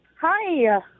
Hi